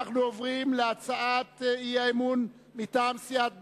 אנחנו עוברים להצעת אי-האמון מטעם סיעת בל"ד: